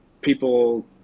people